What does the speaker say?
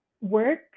work